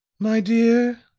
my dear,